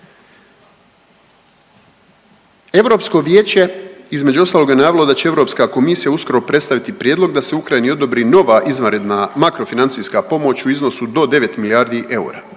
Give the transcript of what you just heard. Europsko vijeće između ostalog je najavilo da će Europska komisija uskoro predstaviti prijedlog da se Ukrajini odobri nova izvanredna makrofinancijska pomoću u iznosu do 9 milijardi eura.